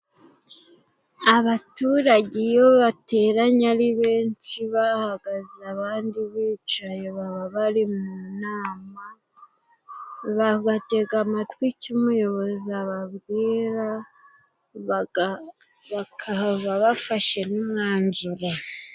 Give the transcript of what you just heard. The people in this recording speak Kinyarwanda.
Abaturage iyo bateranye ari benshi bahagaze abandi bicaye baba bari mu nama, bagatega amatwi icyo umuyobozi ababwira, bakahava bafashe n'umwanzuro.